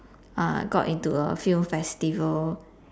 uh got into a film festival